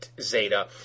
Zeta